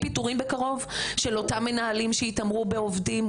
בקרוב, של אותם מנהלים שהתעמרו בעובדים?